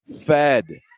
fed